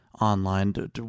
online